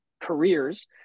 careers